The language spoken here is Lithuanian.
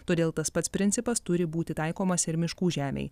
todėl tas pats principas turi būti taikomas ir miškų žemei